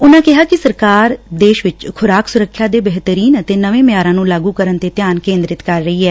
ਉਨੂਾ ਕਿਹਾ ਕਿ ਸਰਕਾਰ ਦੇਸ਼ ਵਿਚ ਖੁਰਾਕ ਸੁਰੱਖਿਆ ਦੇ ਬੇਹਤਰੀਨ ਅਤੇ ਨਵੇਂ ਮਿਆਰਾਂ ਨੂੰ ਲਾਗੁ ਕਰਨ ਤੇ ਧਿਆਨ ਕੇਂਦਰਿਤ ਕਰ ਰਹੀ ਐ